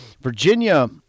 Virginia